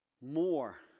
more